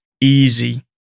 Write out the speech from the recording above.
easy